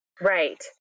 Right